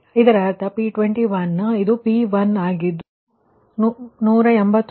ಇದರ ಅರ್ಥ P21 ಇದು P1 ಆಗಿದ್ದು ಇದಕ್ಕೆ 1 8 ಇದು 181